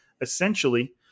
essentially